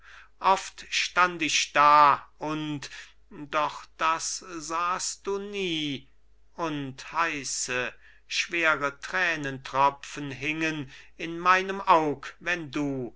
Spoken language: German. oft stand ich da und doch das sahst du nie und heiße schwere tränentropfen hingen in meinem aug wenn du